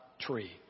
tree